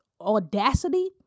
audacity